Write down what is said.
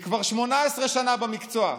היא כבר 18 שנה במקצוע.